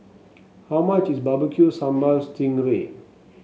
how much is Barbecue Sambal Sting Ray